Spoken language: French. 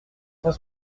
cent